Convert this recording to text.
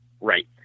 right